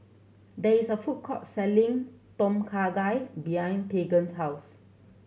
there is a food court selling Tom Kha Gai behind Tegan's house